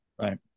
Right